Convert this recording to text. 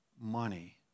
money